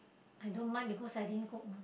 I don't mind because I didn't cook